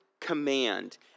command